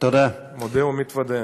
מודה ומתוודה.